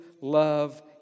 love